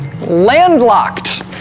Landlocked